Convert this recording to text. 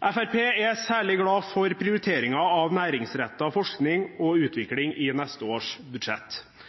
Fremskrittspartiet er særlig glad for prioriteringer av næringsrettet forskning og utvikling i neste års budsjett.